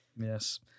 Yes